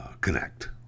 connect